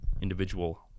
individual